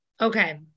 Okay